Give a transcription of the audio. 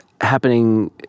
happening